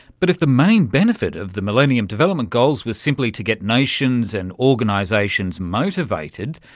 but if the main benefit of the millennium development goals was simply to get nations and organisations motivated,